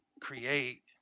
create